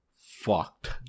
fucked